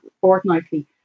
fortnightly